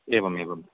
एवमेवम्